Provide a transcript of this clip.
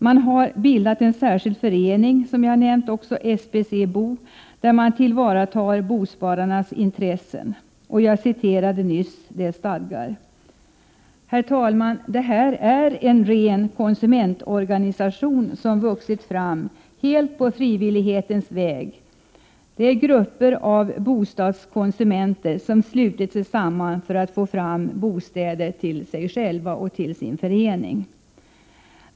Man har, som jag också nämnde, bildat en särskild förening SBC-BO, där man tillvaratar bospararnas intressen. Jag citerade nyss dess stadgar. Herr talman! Det här är en ren konsumentorganisation som vuxit fram helt på frivillighetens väg — det är grupper av bostadskonsumenter som slutit sig samman för att få fram bostäder till sig själva och till sin förening.